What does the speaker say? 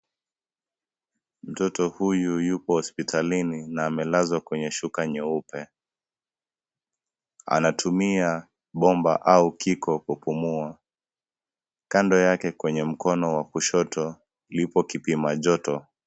Mtoto huyu yupo hospitalini, na amelazwa kyenye shuka nyeupe. Anatumia bomba au kiko kupumua. Kando yake kwenye mkono wa kushoto, lipo kipima joto.